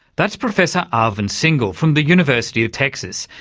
that's professor arvind singhal from the university of texas.